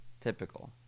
Typical